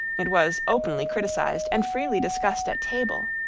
it was openly criticised and freely discussed at table.